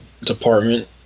department